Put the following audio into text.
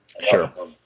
sure